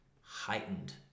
heightened